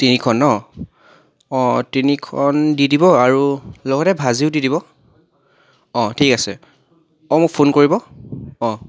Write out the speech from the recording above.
তিনিখন ন অ' তিনিখন দি দিব আৰু লগতে ভাজিও দি দিব অ' ঠিক আছে অ' মোক ফোন কৰিব অ'